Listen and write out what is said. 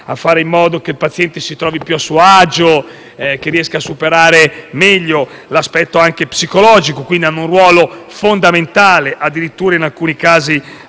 a fare in modo che il paziente si trovi più a suo agio e riesca a superare meglio anche l'aspetto psicologico. Quindi, hanno un ruolo fondamentale e in alcuni casi